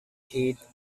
heat